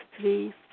three